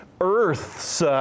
Earths